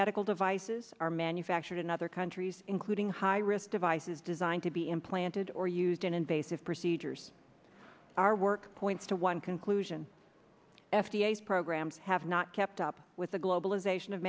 medical devices are manufactured in other countries including high risk devices designed to be implanted or used in invasive procedures our work points to one conclusion f d a programs have not kept up with the globalization of